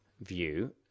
view